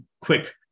quick